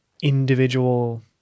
individual